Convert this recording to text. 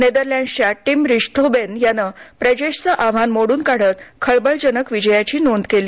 नेदरलॅण्डच्या Tim Rijthoven यानं प्रजेशचं आव्हान मोडून काढत खळबळजनक विजयाची नोंद केली